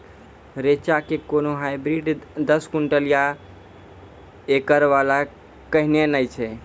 रेचा के कोनो हाइब्रिड दस क्विंटल या एकरऽ वाला कहिने नैय छै?